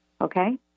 okay